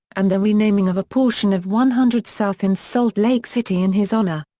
and the renaming of a portion of one hundred south in salt lake city in his honor.